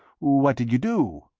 what did you do?